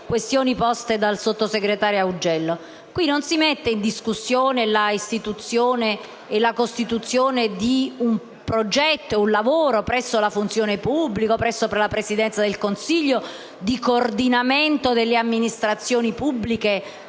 questioni poste dal sottosegretario Augello. Qui non si mette in discussione la istituzione e la costituzione di un progetto e di un lavoro presso la Funzione pubblica o la Presidenza del Consiglio di coordinamento delle amministrazioni pubbliche